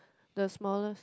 the smallest